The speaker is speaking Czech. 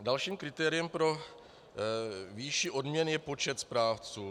Dalším kritériem pro výši odměn je počet správců.